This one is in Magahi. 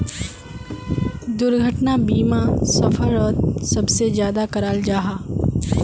दुर्घटना बीमा सफ़रोत सबसे ज्यादा कराल जाहा